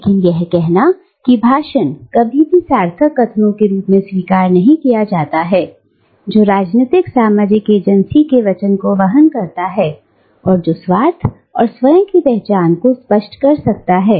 लेकिन यह कहना कि भाषण कभी भी सार्थक कथनों के रूप में स्वीकार नहीं किया जाता है जो राजनीतिक सामाजिक एजेंसी के वचन को वहन करता है और जो स्वार्थ और स्वयं की पहचान को स्पष्ट कर सकता है